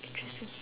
interesting